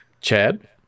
Chad